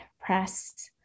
press